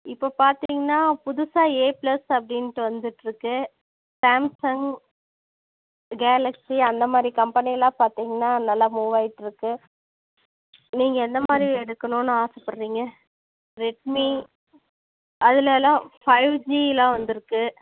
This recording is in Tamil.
இப்போ பார்த்திங்கனா புதுசா ஏ பிளஸ் அப்படின்டு வந்துகிட்டு இருக்குது சாம்சங் கேலக்ஸி அந்த மாதிரி கம்பெனியெலாம் பார்த்திங்னா நல்லா மூவ் ஆயிகிட்டு இருக்குது நீங்கள் எந்த மாதிரி எடுக்கணும்னு ஆசைப்பட்றீங்க ரெட்மீ அதுலெலாம் ஃபைவ் ஜீலாம் வந்துருக்குது